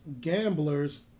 gamblers